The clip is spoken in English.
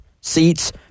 seats